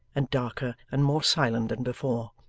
and darker and more silent than before.